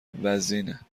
وزینه